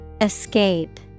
Escape